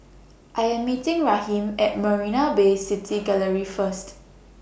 I Am meeting Raheem At Marina Bay City Gallery First